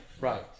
right